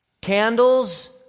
candles